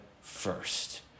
first